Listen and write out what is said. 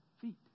feet